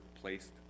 placed